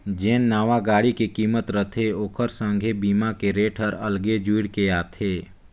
जेन नावां गाड़ी के किमत रथे ओखर संघे बीमा के रेट हर अगले जुइड़ के आथे